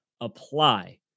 apply